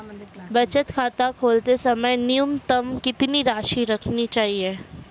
बचत खाता खोलते समय न्यूनतम कितनी राशि रखनी चाहिए?